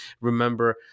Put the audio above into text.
remember